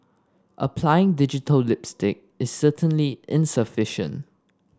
applying digital lipstick is certainly insufficient